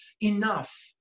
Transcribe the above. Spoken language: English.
enough